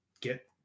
get